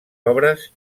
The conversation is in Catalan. obres